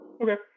Okay